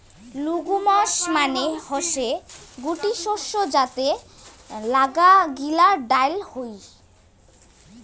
legumes মানে হসে গুটি শস্য যাতে মেলাগিলা ডাল হই